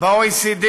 ב-OECD